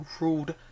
ruled